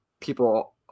people